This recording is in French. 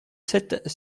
sept